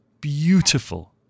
beautiful